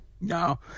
No